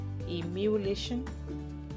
emulation